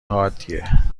حادیه